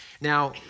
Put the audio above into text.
Now